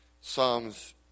Psalms